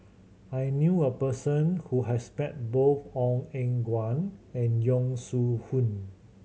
i knew a person who has bet both Ong Eng Guan and Yong Shu Hoong